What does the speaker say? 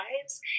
lives